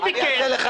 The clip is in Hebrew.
הוא ביקש.